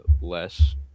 less